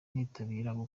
gukora